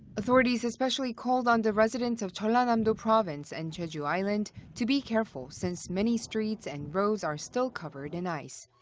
authorities especially called on the residents of jeollanam-do province and jeju island to be careful since many streets and roads are still covered in ice.